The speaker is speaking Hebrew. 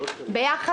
היעד